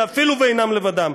ואפילו אינם לבדם,